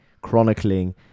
chronicling